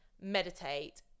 meditate